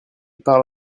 parle